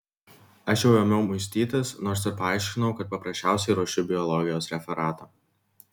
aš jau ėmiau muistytis nors ir paaiškinau kad paprasčiausiai ruošiu biologijos referatą